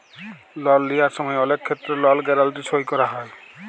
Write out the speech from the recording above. লল লিয়ার সময় অলেক ক্ষেত্রে লল গ্যারাল্টি সই ক্যরা হ্যয়